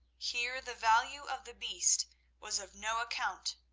here the value of the beast was of no account,